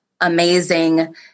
amazing